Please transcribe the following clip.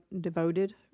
devoted